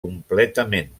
completament